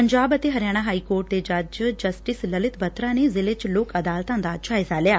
ਪੰਜਾਬ ਅਤੇ ਹਰਿਆਣਾ ਹਾਈਕੋਰਟ ਦੇ ਜੱਜ ਜਸਟਿਸ ਲਲਿਤ ਬੱਤਰਾ ਨੇ ਜ਼ਿਲ੍ਜੇ ਚ ਲੋਕ ਅਦਾਲਤਾਂ ਦਾ ਜਾਇਜਾ ਲਿਆ